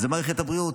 הוא מערכת הבריאות.